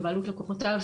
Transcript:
בבעלות לקוחותיו